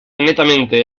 netamente